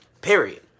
period